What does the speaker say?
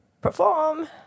perform